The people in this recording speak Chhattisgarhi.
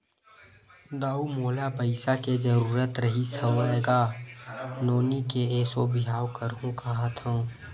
दाऊ मोला पइसा के जरुरत रिहिस हवय गा, नोनी के एसो बिहाव करहूँ काँहत हँव